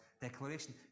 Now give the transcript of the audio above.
declaration